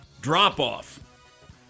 Drop-off